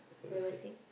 level six